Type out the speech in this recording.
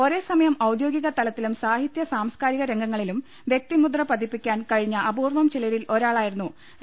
ഒരേ സമയം ഔദ്യോഗിക തലത്തിലും സാഹിത്യ സാംസ്കാരിക രംഗങ്ങളിലും വൃക്തി മുദ്ര പതിപ്പിക്കാൻ കഴിഞ്ഞ അപൂർവ്വം ചിലരിൽ ഒരാളായിരുന്നു ഡോ